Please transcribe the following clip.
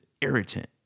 irritant